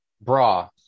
Bra